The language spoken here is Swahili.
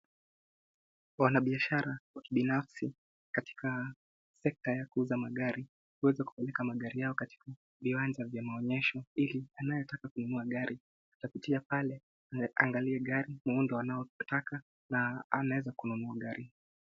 Wanabiashara wa kibinafsi katika sekta ya kuuza magari huweza kupeleka magari yao katika viwanja vya maonyesho ili anayetaka kununua gari atapitia pale na aangalie gari, muundo anaotaka na anaweza kununua gari.